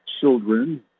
children